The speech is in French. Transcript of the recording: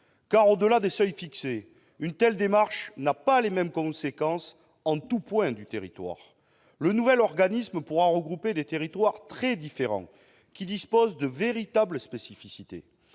au-delà des seuils fixés, une telle démarche n'a pas les mêmes conséquences en tout point du territoire. Le nouvel organisme pourra couvrir des territoires très différents, qui présentent de véritables spécificités.